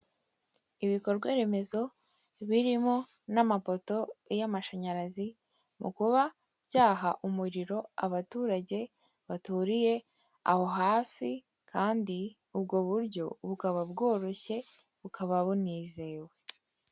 Ibikorwaremezo birimo n'amapoto y'amashyanyarazi, mukuba byaha umuriro abaturage baturiye aho hafi, kandi ubwo buryo bukaba bworoshye bukaba bunizewe.